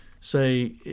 say